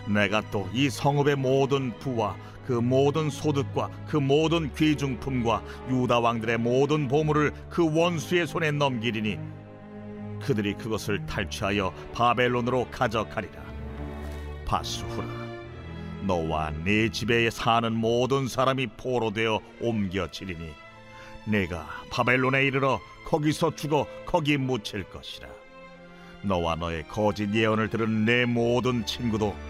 내가 또 이 성읍의 모든 부와 그 모든 소득과 그 모든 귀중품과 유다 왕들의 모든 보물을 그 원수의 손에 넘기리니 그들이 그것을 탈취하여 바벨론으로 가져가리라. 바수후라, 너와 네 집에 사는 모든 사람이 포로되어 옮겨지리니 내가 바벨론에 이르러 거기서 죽어 거기 묻힐 것이라. 너와 너의 거짓 예언을 들은 내 모든 친구도